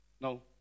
no